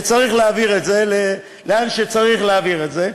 צריך להעביר את זה לאן שצריך להעביר את זה.